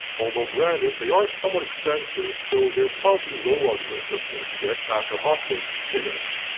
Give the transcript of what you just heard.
although granted they are somewhat expensive so they are probably lower on the list of things to get after hot plates and scales.